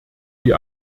die